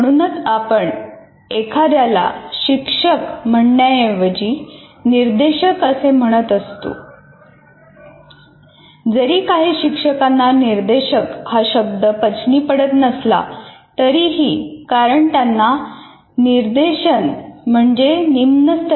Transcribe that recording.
म्हणूनच आपण एखाद्याला शिक्षक म्हणण्याऐवजी निर्देशक असे म्हणत आहोत